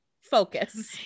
focus